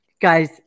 Guys